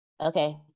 Okay